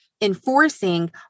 enforcing